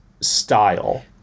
style